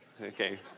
Okay